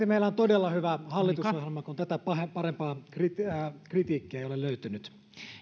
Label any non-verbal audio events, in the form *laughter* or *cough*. *unintelligible* meillä on todella hyvä hallitusohjelma kun tätä parempaa kritiikkiä ei ole löytynyt